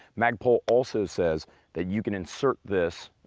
magpul also says that you can insert this,